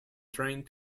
trained